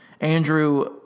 Andrew